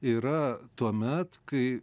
yra tuomet kai